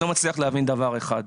ואני לא מצליח להבין דבר אחד.